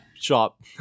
shop